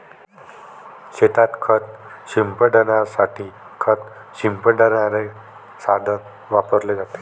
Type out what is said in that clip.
शेतात खत शिंपडण्यासाठी खत शिंपडण्याचे साधन वापरले जाते